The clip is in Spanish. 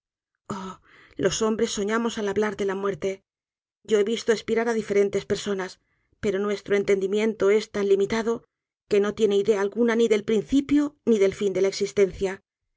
los hombres soñamos al hablar de la muerte yo he visto espirar á diferentes personas pero nuestro entendimiento es tan limitado que no tiene idea alguna ni del principio ni del fin de la existencia